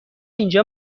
اینجا